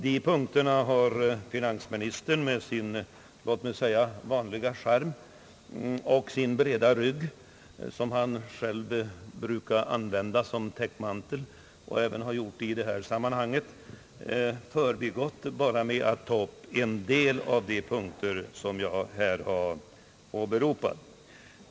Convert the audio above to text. Dessa punkter har finansministern med sin — låt mig säga det — vanliga charm och sin breda rygg som han brukar använda som täckmantel och även har gjort i detta sammanhang, förbigått genom att endast ta upp en del av de punkter jag åberopat.